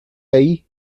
ahí